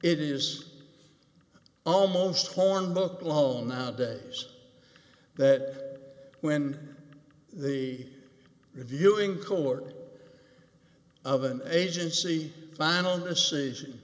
it is almost hornbook alone now days that when the reviewing court of an agency final decision